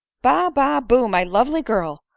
ba-ba-bu, my lovely girl!